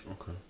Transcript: okay